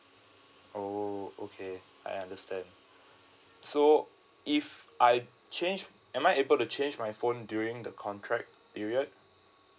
oh okay I understand so if I change am I able to change my phone during the contract period